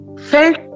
felt